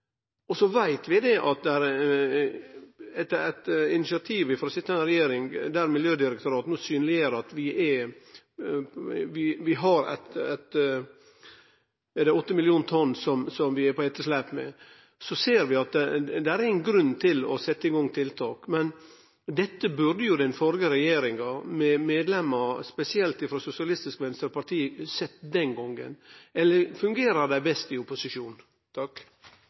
Og så veit vi at det etter eit initiativ frå den sitjande regjeringa, der Miljødirektoratet no synleggjer at vi har – er det – eit etterslep på 8 millionar tonn, er ein grunn til å setje i gang tiltak. Dette burde den førre regjeringa, med medlemer frå spesielt Sosialistisk Venstreparti, sett den gongen. Eller fungerer dei best i opposisjon?